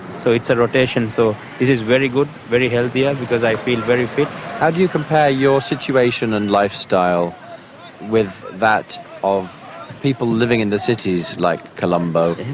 so it's a rotation so this is very good, very healthy because i feel very fit. how do you compare your situation and lifestyle with that of people living in the cities like colombo?